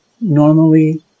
normally